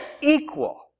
equal